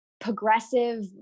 progressive